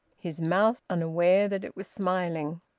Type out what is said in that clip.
his mouth unaware that it was smiling.